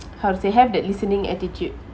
how to say have that listening attitude